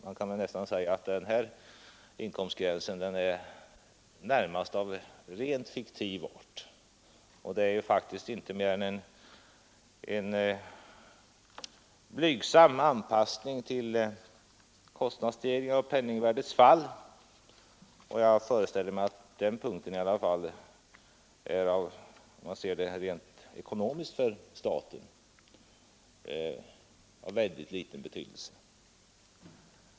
Man kan säga att den här inkomstgränsen är av rent fiktiv art, och det innebär faktiskt inte mer än en blygsam anpassning till kostnadsstegringar och penningvärdets fall att företa den av oss förslagna höjningen. Jag föreställer mig också att detta rent ekonomiskt är av väldigt liten betydelse för staten.